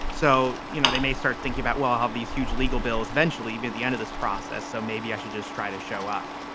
so you know they may start thinking about well have these huge legal bills eventually even at the end of this process. so maybe i should just try to show up.